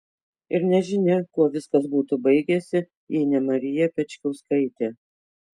ir nežinia kuo viskas būtų baigęsi jei ne marija pečkauskaitė